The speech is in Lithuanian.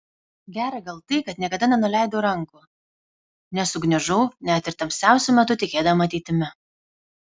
gera gal tai kad niekada nenuleidau rankų nesugniužau net ir tamsiausiu metu tikėdama ateitimi